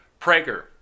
Prager